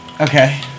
Okay